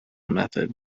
method